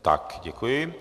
Tak děkuji.